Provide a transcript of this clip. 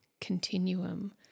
continuum